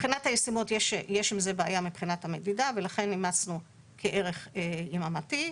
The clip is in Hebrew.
יש עם זה בעיה מבחינת המדידה ולכן אימצנו כערך יממתי.